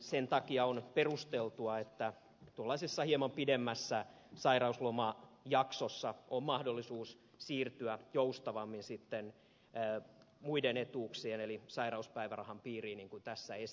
sen takia on perusteltua että tuollaisessa hieman pidemmässä sairauslomajaksossa on mahdollisuus siirtyä joustavammin sitten muiden etuuksien eli sairauspäivärahan piiriin niin kuin tässä esitetään